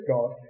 God